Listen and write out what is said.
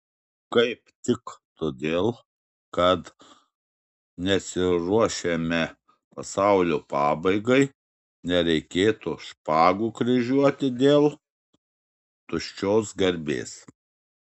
kaip tik todėl kad nesiruošiame pasaulio pabaigai nereikėtų špagų kryžiuoti dėl tuščios garbės